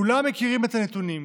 כולם מכירים את הנתונים,